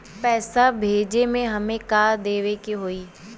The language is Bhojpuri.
पैसा भेजे में हमे का का देवे के होई?